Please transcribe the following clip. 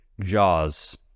Jaws